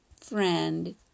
friend